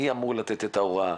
מי אמור לתת את ההוראה.